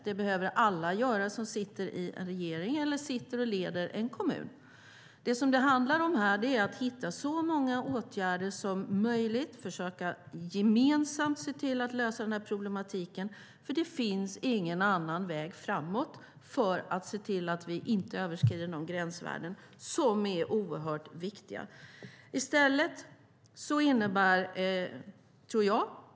Det behöver alla som sitter i en regering eller som sitter och leder en kommun göra. Här handlar det om att hitta så många åtgärder som möjligt och att gemensamt försöka se till att lösa den här problematiken. Det finns nämligen ingen annan väg framåt för att se till att vi inte överskrider de gränsvärden som är oerhört viktiga.